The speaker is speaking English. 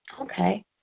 Okay